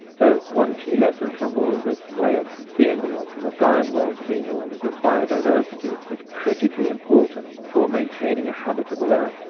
so one key lesson from all of this way of seeing the world, from a gaian way of seeing the world, is that biodiversity is critically important for maintaining a habitable earth.